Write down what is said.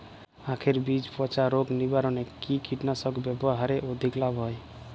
আঁখের বীজ পচা রোগ নিবারণে কি কীটনাশক ব্যবহারে অধিক লাভ হয়?